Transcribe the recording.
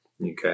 Okay